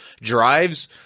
drives